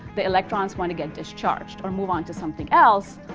the electrons wanna get discharged, or move on to something else,